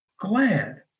glad